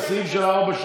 מיכאל, צמצמתי, צמצמתי.